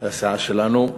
הסיעה שלנו,